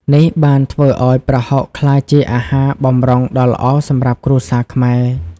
នេះបានធ្វើឱ្យប្រហុកក្លាយជាអាហារបម្រុងដ៏ល្អសម្រាប់គ្រួសារខ្មែរ។